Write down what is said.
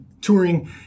touring